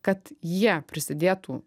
kad jie prisidėtų